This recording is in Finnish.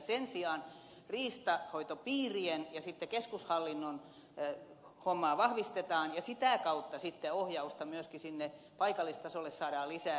sen sijaan riistanhoitopiirien ja keskushallinnon hommaa vahvistetaan ja sitä kautta ohjausta myöskin paikallistasolle saadaan lisää